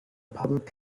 public